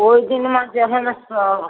ओहि दिनमे जेहन सब